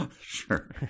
Sure